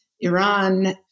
Iran